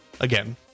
again